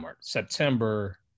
September